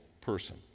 person